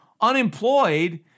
unemployed